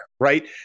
right